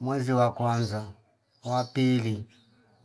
Mwezi wa kwanza, wapili,